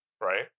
right